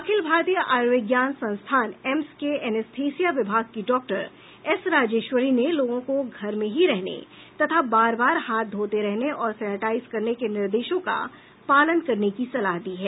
अखिल भारतीय आयुर्विज्ञान संस्थान एम्स के एनेस्थेसिया विभाग की डॉक्टर एस राजेश्वरी ने लोगों को घर में ही रहने तथा बार बार हाथ धोते रहने और सैनेटाइज करने के निर्देशों का पालन करने की सलाह दी है